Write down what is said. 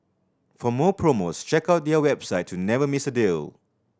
for more promos check out their website to never miss a deal